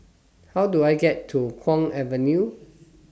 How Do I get to Kwong Avenue